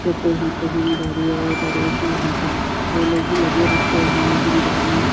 छोटे हैं तो जिम्मेदारी और बड़े भी हैं तो वो लोग भी लगे रहते हैं और जिम्मेदारी